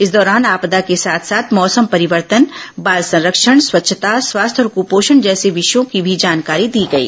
इस दौरान आपदा को साथ साथ मौसम परिवर्तन बाल संरक्षण स्वच्छता स्वास्थ्य और कपोषण जैसे विषयों की भी जानकारी दी गई